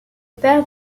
père